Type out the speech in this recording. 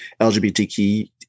LGBTQ